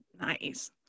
Nice